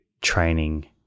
training